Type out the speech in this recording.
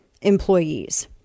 employees